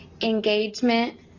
engagement